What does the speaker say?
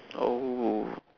oh